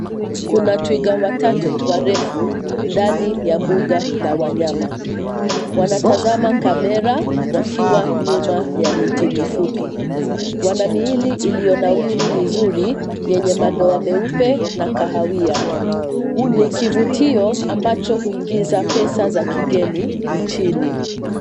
Kuna twiga watatu warefu ndani ya mbuga la wanyama, wanatazama kamera wakiwa nyuma ya miti mifupi. Wana miili iliyonawiri vizuri yenye madoa meupe na kahawia. Ni kivutio ambacho huingiza pesa za kigeni nchini.